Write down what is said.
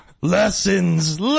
lessons